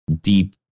deep